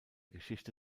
geschichte